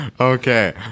okay